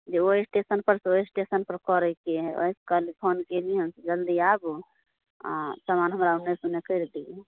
जे ओ स्टेशन परसँ ओहि स्टेशन पर करेके है ओहि से कल फोन कयली हन जल्दी आबू आ समान हमरा एने से ओने करि दू